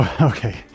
Okay